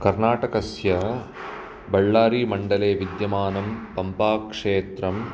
कर्नाटकस्य बळ्ळारीमण्डले विद्यमानं पम्पाक्षेत्रं